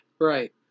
Right